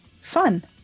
fun